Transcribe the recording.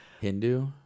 Hindu